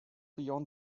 beyond